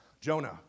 Jonah